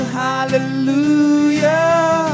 hallelujah